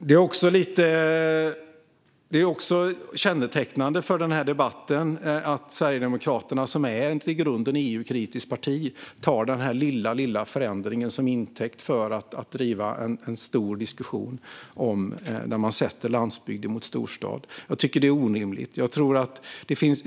Det är också kännetecknande för denna debatt att Sverigedemokraterna, som i grunden är ett EU-kritiskt parti, tar denna lilla förändring till intäkt för att ha en stor diskussion om att sätta landsbygd mot storstad. Jag tycker att det är orimligt.